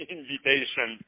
invitation